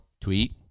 tweet